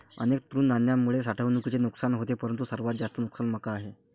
अनेक तृणधान्यांमुळे साठवणुकीचे नुकसान होते परंतु सर्वात जास्त नुकसान मका आहे